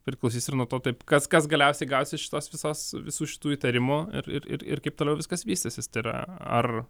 priklausys ir nuo to taip kas kas galiausiai gausis šitos visos visų šitų įtarimų ir ir ir ir kaip toliau viskas vystysis tai yra ar